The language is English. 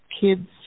kids